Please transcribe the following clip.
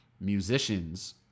musicians